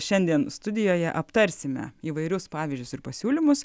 šiandien studijoje aptarsime įvairius pavyzdžius ir pasiūlymus